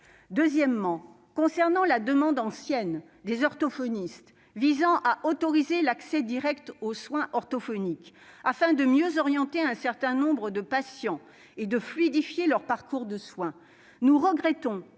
Deuxièmement, concernant la demande ancienne des orthophonistes visant à autoriser l'accès direct aux soins orthophoniques, afin de mieux orienter un certain nombre de patients et de fluidifier leur parcours de soins, nous regrettons